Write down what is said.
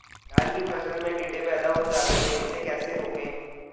धान की फसल में टिड्डे पैदा हो जाते हैं इसे कैसे रोकें?